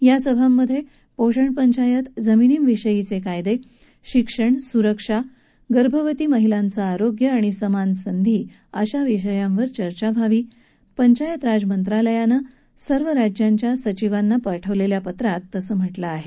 या सभांमध्ये पोषण पंचायत जमिनींविषयीचे कायदे शिक्षण सुरक्षा गर्भवती महिलांचं आरोग्य आणि समान संधी अशा विषयांवर चर्चा केली जावी असं पंचायत राज मंत्रालयानं सर्व राज्यांच्या सचिवांना पाठवलेल्या पत्रात म्हाज़ आहे